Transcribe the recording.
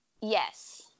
Yes